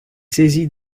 saisie